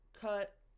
cut